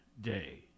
Day